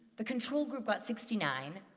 the control group got sixty nine,